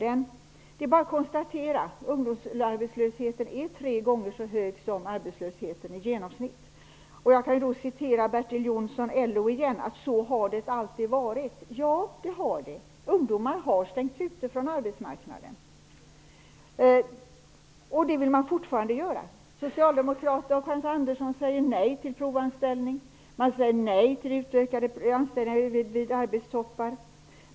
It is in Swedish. Ja, det är bara att konstatera att ungdomsarbetslösheten är tre gånger högre än den genomsnittliga arbetslösheten. Jag kan än en gång återge vad LO:s Bertil Jonsson har sagt, nämligen: Så har det alltid varit. Ja, så är det. Ungdomar har utestängts från arbetsmarknaden, och det vill man fortsätta med. Socialdemokraterna och Hans Andersson säger ju nej till provanställning. Man säger nej till utökade anställningar vid arbetstoppar.